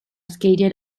skated